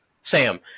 Sam